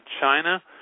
China